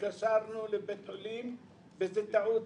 התקשרנו לבית החולים וזו טעות,